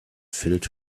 filled